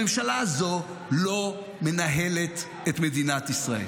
הממשלה הזאת לא מנהלת את מדינת ישראל.